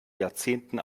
jahrzehnten